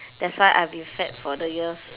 that's why I've been fat for the years